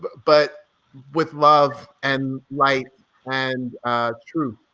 but with love and light and truth.